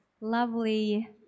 lovely